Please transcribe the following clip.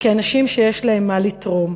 כאנשים שיש להם מה לתרום.